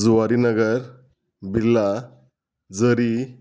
जुवारीनगर बिर्ला जरी